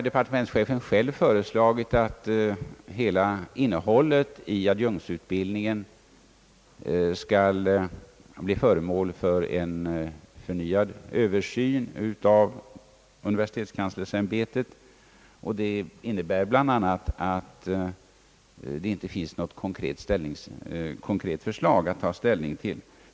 Departementschefen har nu själv föreslagit att hela innehållet i adjunktutbildningen skall bli föremål för en förnyad översyn av universitetskanslersämbetet, vilket bl.a. innebär att det inte för närvarande finns något konkret förslag att ta ställning till.